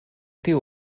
tiu